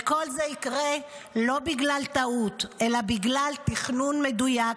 וכל זה יקרה לא בגלל טעות, אלא בגלל תכנון מדויק.